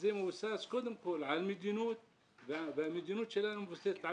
מבוסס קודם כל על מדיניו והמדיניות שלנו מבוססת על